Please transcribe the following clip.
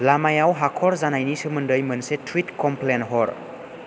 लामायाव हाखर जानायनि सोमोन्दै मोनसे टुइट कमप्लेन हर